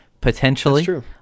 potentially